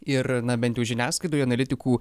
ir na bent jau žiniasklaidoje analitikų